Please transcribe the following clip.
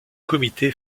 comité